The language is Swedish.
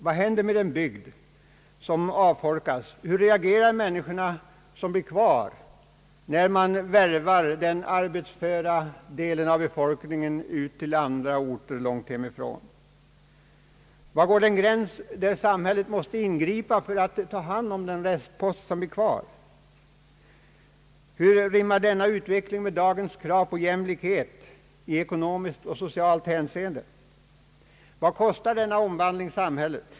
Vad händer med en bygd som avfolkas, hur reagerar de människor som blir kvar när den arbetsföra delen av befolkningen värvas till andra orter långt hemifrån? Var går den gräns där samhället måste ingripa och ta hand om den rest som blir kvar? Hur rimmar denna utveckling med dagens krav på jämlikhet i ekonomiskt och socialt hänseende? Vad kostar denna omvandling samhället?